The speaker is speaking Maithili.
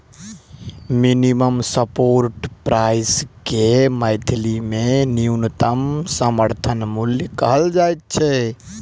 मिनिमम सपोर्ट प्राइस के मैथिली मे न्यूनतम समर्थन मूल्य कहल जाइत छै